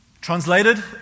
Translated